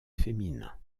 féminins